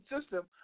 system